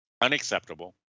unacceptable